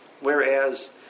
Whereas